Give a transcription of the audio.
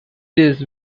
this